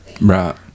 Right